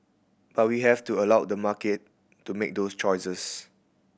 but we have to allow the market to make those choices